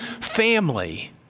family